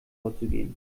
vorzugehen